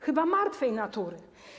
Chyba martwej natury.